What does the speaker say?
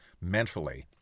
mentally